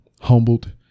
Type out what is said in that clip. humbled